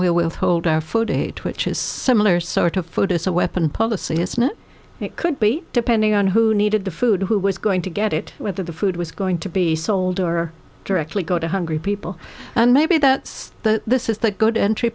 will hold our food aid which is some other sort of food as a weapon policy it's not it could be depending on who needed the food who was going to get it whether the food was going to be sold or directly go to hungry people and maybe that's the this is the good entry